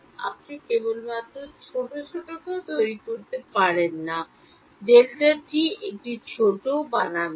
আপনি কেবলমাত্র Δx ছোট ছোটকেও তৈরি করতে পারবেন না Δt এটি ছোটও বানাবেন